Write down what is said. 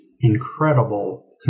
incredible